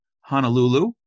Honolulu